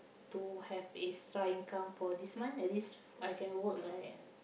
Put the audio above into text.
to have extra income for this month at least I can work like